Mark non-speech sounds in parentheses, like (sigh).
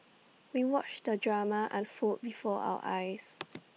we watched the drama unfold before our eyes (noise)